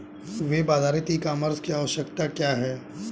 Web आधारित e commerce की आवश्यकता क्या है?